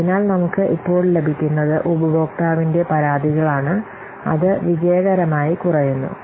അതിനാൽ നമുക്ക് ഇപ്പോൾ ലഭിക്കുന്നത് ഉപഭോക്താവിന്റെ പരാതികളാണ് അത് വിജയകരമായി കുറയുന്നു